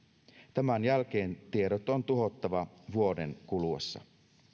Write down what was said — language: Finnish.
tämän jälkeen tiedot on tuhottava vuoden kuluessa arvoisa puhemies